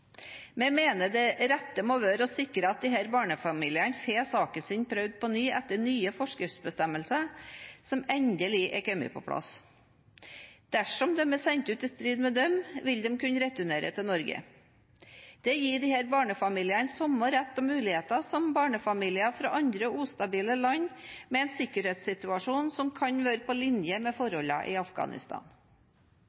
Vi mener det riktige må være å sikre at disse barnefamiliene får saken sin prøvd på ny etter de nye forskriftsbestemmelsene, som endelig er kommet på plass. Dersom de er sendt ut i strid med disse, vil de kunne returnere til Norge. Det gir disse barnefamiliene samme rett og muligheter som barnefamilier fra andre ustabile land med en sikkerhetssituasjon som kan være på linje med forholdene i Afghanistan.